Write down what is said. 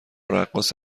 رقاص